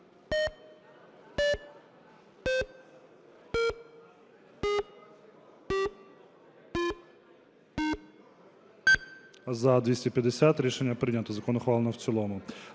За-250 Рішення прийнято. Закон ухвалено в цілому.